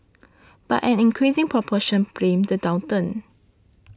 but an increasing proportion blamed the downturn